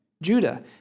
Judah